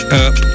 up